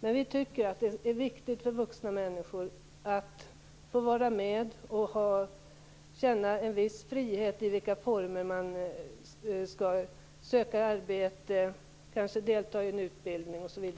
Men vi tycker att det är viktigt för vuxna människor att få vara med och känna en viss frihet över i vilka former man skall söka arbete, delta i en utbildning osv.